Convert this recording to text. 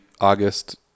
August